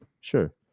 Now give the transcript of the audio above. sure